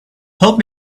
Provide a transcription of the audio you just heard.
help